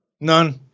None